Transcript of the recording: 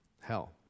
hell